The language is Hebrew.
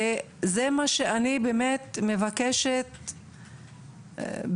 וזה מה שאני מבקשת בכבוד,